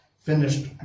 finished